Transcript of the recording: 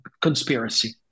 conspiracy